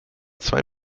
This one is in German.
zwei